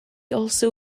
also